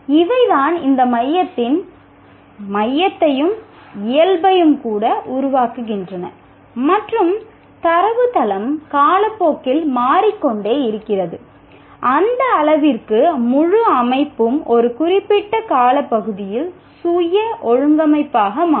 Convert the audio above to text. இவை தான் இந்த மையத்தின் மையத்தையும் இயல்பையும் கூட உருவாக்குகின்றன மற்றும் தரவுத்தளம் காலப்போக்கில் மாறிக்கொண்டே இருக்கிறது அந்த அளவிற்கு முழு அமைப்பும் ஒரு குறிப்பிட்ட காலப்பகுதியில் சுய ஒழுங்கமைப்பாக மாறும்